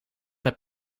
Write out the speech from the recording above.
met